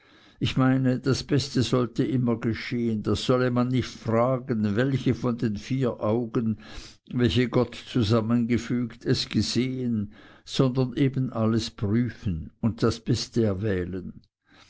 ich meine das beste solle immer geschehen da solle man nicht fragen welche von den vier augen welche gott zusammengefügt es gesehen sondern eben alles prüfen und das beste erwählen